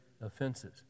offenses